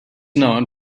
known